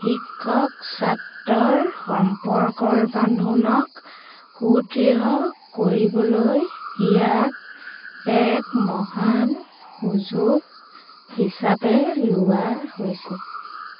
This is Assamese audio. শিক্ষক ছাত্ৰৰ সম্পৰ্কৰ বান্ধোনক সুদৃঢ় কৰিবলৈ ইয়াক এক মহান সুযোগ হিচাপে লোৱা হৈছে